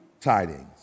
tidings